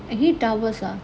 eight hours ah